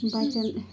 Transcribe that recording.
بَچَن